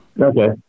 Okay